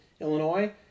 Illinois